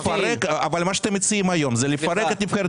אבל אתם מציעים היום זה לפרק את נבחרת